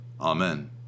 amen